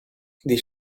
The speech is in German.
die